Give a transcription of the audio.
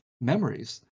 memories